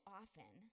often